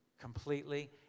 completely